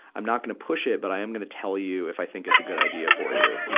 i'm not gonna push it, but i am gonna tell you if i think it's a good idea for you.